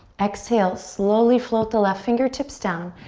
exhale, slowly float the left fingertips down.